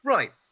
Right